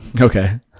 okay